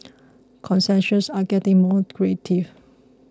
concessions are getting more creative